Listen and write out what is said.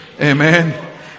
Amen